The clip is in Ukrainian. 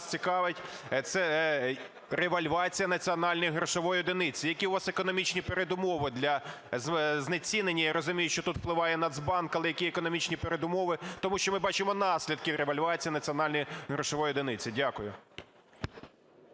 цікавить ревальвація національної грошової одиниці. Які у вас економічні передумови для знецінення? Я розумію, що тут впливає Нацбанк, але які економічні передумови? Тому що ми бачимо наслідки ревальвації національної грошової одиниці. Дякую.